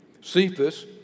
Cephas